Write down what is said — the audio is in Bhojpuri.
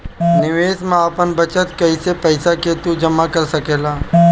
निवेश में आपन बचत कईल पईसा के तू जमा कर सकेला